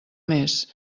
més